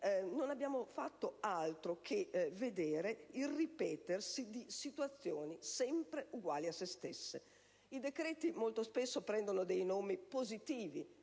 non abbiamo fatto altro che vedere il ripetersi di situazioni sempre uguali a se stesse. I decreti molto spesso prendono dei nomi positivi.